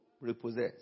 repossess